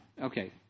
okay